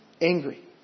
angry